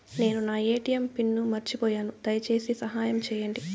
నేను నా ATM pin మర్చిపోయాను, దయచేసి సహాయం చేయండి